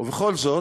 ובכל זאת,